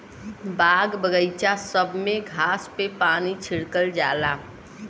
बाग बगइचा सब में घास पे पानी छिड़कल जाला